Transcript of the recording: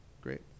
great